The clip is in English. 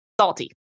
Salty